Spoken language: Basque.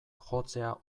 jotzea